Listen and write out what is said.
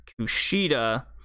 Kushida